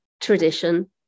tradition